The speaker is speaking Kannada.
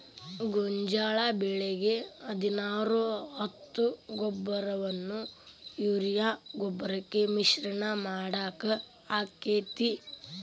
ಗೋಂಜಾಳ ಬೆಳಿಗೆ ಹದಿನಾರು ಹತ್ತು ಗೊಬ್ಬರವನ್ನು ಯೂರಿಯಾ ಗೊಬ್ಬರಕ್ಕೆ ಮಿಶ್ರಣ ಮಾಡಾಕ ಆಕ್ಕೆತಿ?